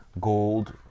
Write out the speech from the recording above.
gold